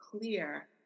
clear